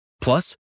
Plus